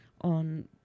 on